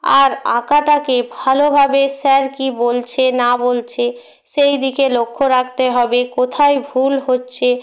আর আঁকাটাকে ভালোভাবে স্যার কী বলছে না বলছে সেই দিকে লক্ষ্য রাখতে হবে কোথায় ভুল হচ্ছে